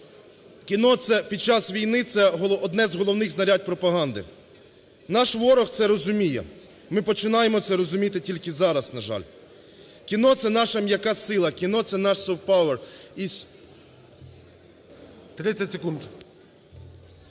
кіно під час війни – це одне з головних знарядь пропаганди. Наш ворог це розуміє. Ми починаємо це розуміти тільки зараз, на жаль. Кіно – це наша м'яка сила. Кіно – це наш so power.